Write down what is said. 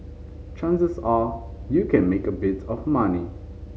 chances are you can make a bit of money